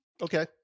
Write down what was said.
Okay